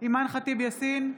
אימאן ח'טיב יאסין,